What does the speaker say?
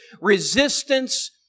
resistance